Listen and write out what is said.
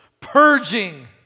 purging